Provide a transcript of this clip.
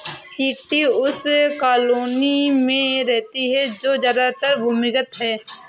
चींटी उस कॉलोनी में रहती है जो ज्यादातर भूमिगत है